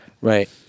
Right